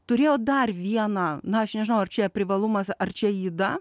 turėjo dar vieną na aš nežinau ar čia privalumas ar čia yda